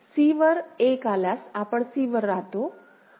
c वर 1 आल्यास आपण c वर राहतो